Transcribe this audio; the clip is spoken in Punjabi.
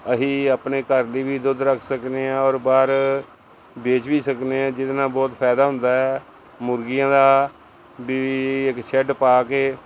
ਅਸੀਂ ਆਪਣੇ ਘਰ ਲਈ ਵੀ ਦੁੱਧ ਰੱਖ ਸਕਦੇ ਹਾਂ ਔਰ ਬਾਹਰ ਵੇਚ ਵੀ ਸਕਦੇ ਹਾਂ ਜਿਹਦੇ ਨਾਲ ਬਹੁਤ ਫਾਇਦਾ ਹੁੰਦਾ ਹੈ ਮੁਰਗੀਆਂ ਦਾ ਵੀ ਇੱਕ ਸ਼ੈਡ ਪਾ ਕੇ